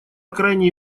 крайней